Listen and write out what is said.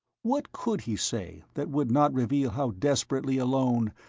what could he say that would not reveal how desperately alone,